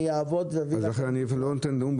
אני אעבוד ואביא לכם --- לכן אני אפילו לא נותן נאום,